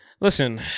listen